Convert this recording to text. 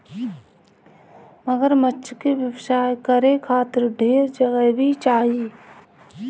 मगरमच्छ के व्यवसाय करे खातिर ढेर जगह भी चाही